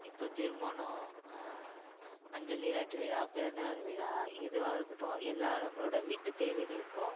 இப்போ திருமணம் மஞ்சள் நீராட்டு விழா பிறந்த நாள் விழா எதுவாக இருக்கட்டும் எல்லா நம்மளோடய வீட்டுத் தேவைகளுக்கும்